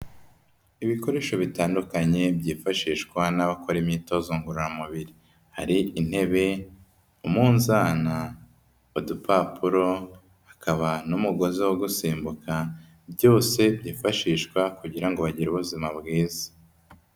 Ibikoresho bitandukanye byifashishwa n'abakora imyitozo ngororamubiri, hari intebe, umunzana, udupapuro, hakaba n'umugozi wo gusimbuka byose byifashishwa kugira ngo bagire ubuzima bwiza.